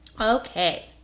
okay